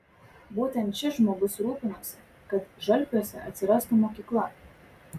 būtent šis žmogus rūpinosi kad žalpiuose atsirastų mokykla